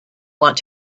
want